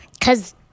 Cause